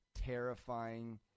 terrifying